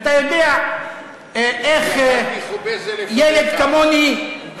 אכלתי חוביזה לפניך.